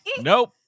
Nope